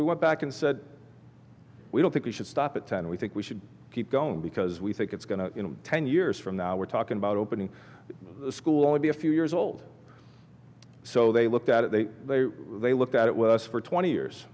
we went back and said we don't think we should stop at ten we think we should keep going because we think it's going to you know ten years from now we're talking about opening a school only be a few years old so they looked at it they they looked at it was for twenty years